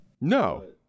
No